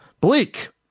Bleak